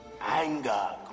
Anger